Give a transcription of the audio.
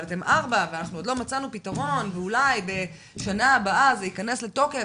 אבל אתם 4 ועוד לא מצאנו פתרון ואולי בשנה הבאה זה ייכנס לתוקף,